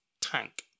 tank